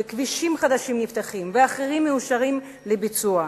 וכבישים חדשים נפתחים, ואחרים מאושרים לביצוע,